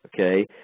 Okay